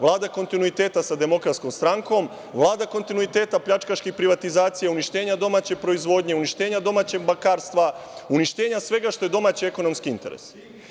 Vlada kontinuiteta sa Demokratskom strankom, Vlada kontinuiteta pljačkaških privatizacija, uništenja domaće proizvodnje, uništenja domaćeg bankarstva, uništenja svega što je domaći ekonomski interes.